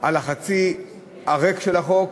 של החצי הריק של החוק,